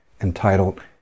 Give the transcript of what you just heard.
entitled